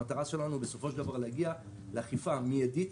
המטרה שלנו היא להגיע לאכיפה מיידית,